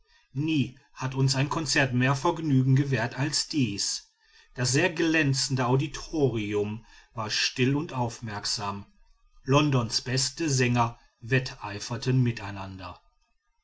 nie hat uns ein konzert mehr vergnügen gewährt als dies das sehr glänzende auditorium war still und aufmerksam londons beste sänger wetteiferten miteinander